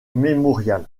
memorial